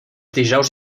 dijous